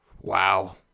Wow